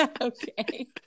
Okay